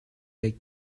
like